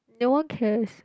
no one cares